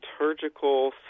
liturgical